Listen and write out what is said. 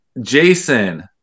Jason